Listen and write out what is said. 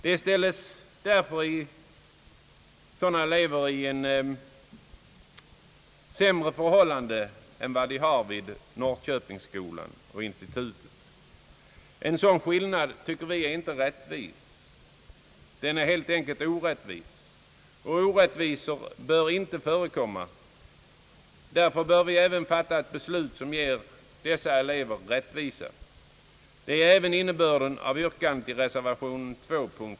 Det innebär sämre förhållanden för de senare. En sådan skillnad är helt enkelt orättvis, och orättvisor bör inte förekomma. Därför borde vi fatta ett beslut som ger dessa elever rättvisa. Det är även innebörden i yrkandet i reservation 2.